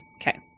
okay